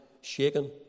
shaken